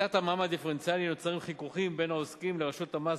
בשיטת המע"מ הדיפרנציאלי נוצרים חיכוכים בין העוסקים לרשות המס